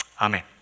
Amen